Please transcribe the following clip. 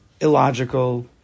Illogical